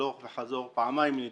הלוך וחזור, פעמיים היא נדרסה.